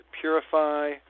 purify